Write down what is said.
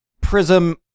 Prism